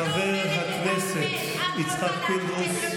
חבר הכנסת יצחק פינדרוס,